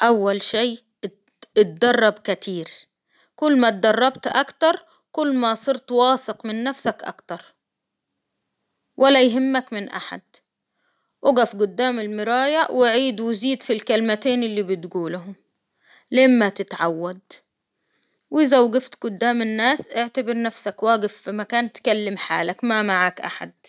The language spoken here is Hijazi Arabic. أول شي ات-اتدرب كتير، كل ما اتدربت أكتر كل ما صرت واثق من نفسك أكتر، ولا يهمك من أحد، أقف قدام المراية وعيد وزيد في الكلمتين اللي بتقولهم، لين ما تتعود. وإذا وقفت قدام الناس اعتبر نفسك واقف في مكان تكلم حالك ما معك احد.